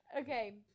Okay